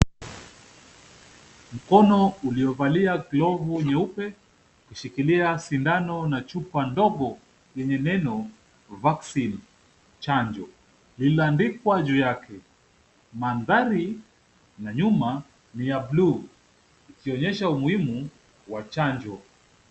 Mkono uliovalia glovu nyeupe ukishikilia sindano na chupa ndogo yenye neno vaccine chanjo, lililoandikwa juu yake. Mandhari ya nyuma ni ya blue , ikionyesha umuhimu wa chanjo.